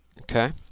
okay